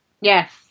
Yes